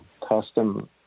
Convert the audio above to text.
custom